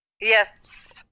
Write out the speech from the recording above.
Yes